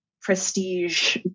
prestige